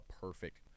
perfect